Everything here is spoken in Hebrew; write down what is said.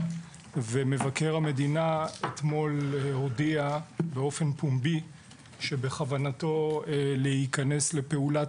ומבקר המדינה אתמול הודיע באופן פומבי שבכוונתו להיכנס לפעולת